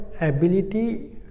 ability